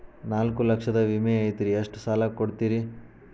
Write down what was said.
ನಾಲ್ಕು ಲಕ್ಷದ ವಿಮೆ ಐತ್ರಿ ಎಷ್ಟ ಸಾಲ ಕೊಡ್ತೇರಿ?